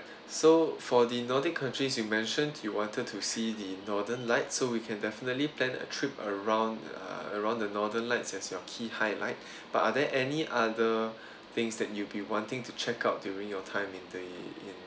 so for the nordic countries you mentioned you wanted to see the northern light so we can definitely plan a trip around uh around the northern lights as your key highlight but are there any other things that you'll be wanting to check out during your time in the in